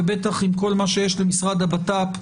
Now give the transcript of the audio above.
בטח עם כל מה שיש למשרד הבט"פ,